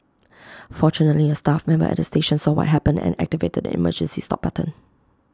fortunately A staff member at the station saw what happened and activated the emergency stop button